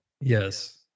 Yes